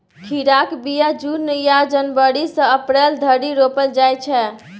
खीराक बीया जुन या जनबरी सँ अप्रैल धरि रोपल जाइ छै